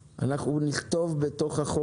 נכתוב בתוך החוק,